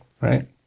right